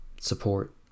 support